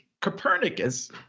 Copernicus